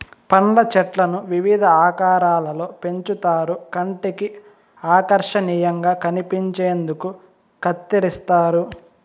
పండ్ల చెట్లను వివిధ ఆకారాలలో పెంచుతారు కంటికి ఆకర్శనీయంగా కనిపించేందుకు కత్తిరిస్తారు